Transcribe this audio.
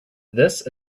this